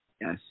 yes